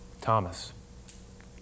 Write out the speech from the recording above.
Thomas